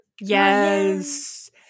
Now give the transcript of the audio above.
Yes